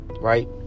Right